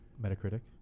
Metacritic